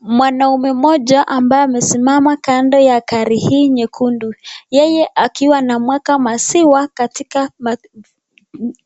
Mwanaume mmoja ambaye amesimama kando ya gari hii nyekundu; yeye akiwa anamwaga maziwa katika